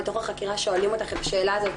בתוך החקירה שואלים את השאלה הזאת